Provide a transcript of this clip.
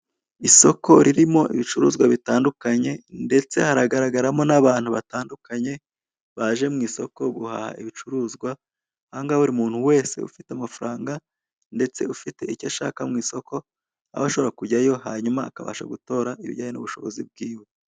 Iduka rinini cyane ririmo ibicuruzwa bitandukanye. Umugabo uri imbere y'abandi, wambaye umupira w'umukara, afite akantu ari gushyiramo ibyo ashaka kugura.